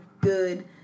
good